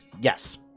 yes